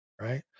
right